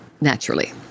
naturally